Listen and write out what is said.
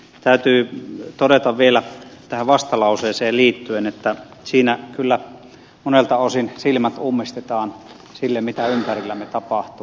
täytyy todeta vielä tähän vastalauseeseen liittyen että siinä kyllä monelta osin silmät ummistetaan sille mitä ympärillämme tapahtuu